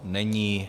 Není.